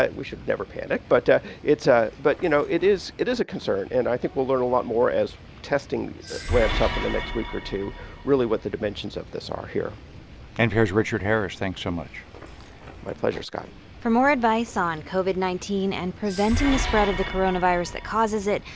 we should never panic. but it's a but, you know, it is it is a concern. and i think we'll learn a lot more as testing ramps up in the next week or two really what the dimensions of this are here npr's richard harris, thanks so much my pleasure, scott for more advice on covid nineteen and preventing the spread of the coronavirus that causes it,